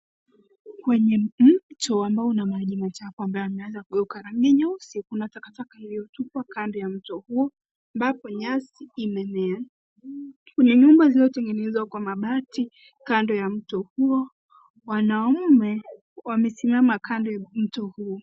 Kwenye mto ambao una maji machafu ambayo yameanza kugeuka rangi nyeusi, kuna takataka iliyotupwa kando ya mto huo ambapo nyasi imemea. Kwenye nyumba zilizotengenezwa kwa mabati kando ya mto huo, wanaume wamesimama kando ya mto huo.